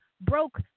broke